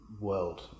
world